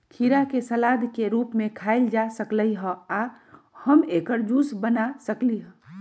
खीरा के सलाद के रूप में खायल जा सकलई ह आ हम एकर जूस बना सकली ह